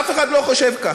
אף אחד לא חושב כך,